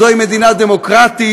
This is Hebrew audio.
זוהי מדינה דמוקרטית,